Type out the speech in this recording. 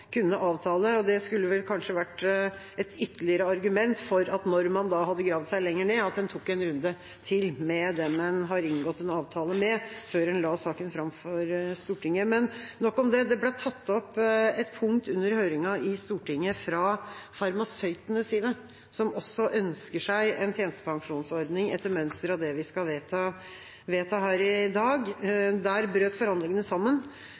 kunne avtale, og det skulle vel kanskje vært et ytterligere argument for at man, når man hadde gravd seg lenger ned, tok en runde til med den en har inngått en avtale med før en la saken fram for Stortinget. Men nok om det. Det ble tatt opp et punkt under høringen i Stortinget fra farmasøytenes side, som også ønsker seg en tjenestepensjonsordning etter mønster av det vi skal vedta her i dag. Der brøt forhandlingene sammen